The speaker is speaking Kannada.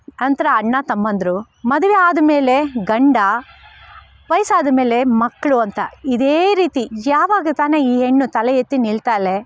ನಂತರ ಅಣ್ಣ ತಮ್ಮಂದಿರು ಮದುವೆ ಆದಮೇಲೆ ಗಂಡ ವಯಸ್ಸಾದ ಮೇಲೆ ಮಕ್ಕಳು ಅಂತ ಇದೇ ರೀತಿ ಯಾವಾಗ ತಾನೇ ಹೆಣ್ಣು ತಲೆ ಎತ್ತಿ ನಿಲ್ತಾಳೆ